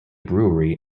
brewery